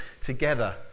together